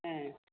ओ